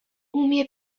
umie